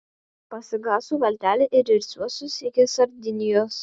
pasigausiu valtelę ir irsiuosi iki sardinijos